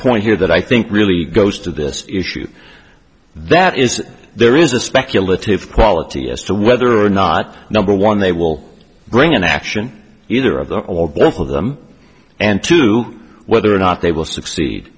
point here that i think really goes to this issue that is there is a speculative quality as to whether or not number one they will bring an action either of them or both of them and to whether or not they will succeed